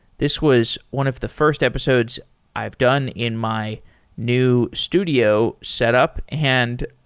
this was one of the first episodes i've done in my new studio setup and,